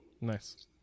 Nice